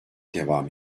devam